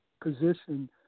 position